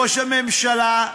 ראש הממשלה,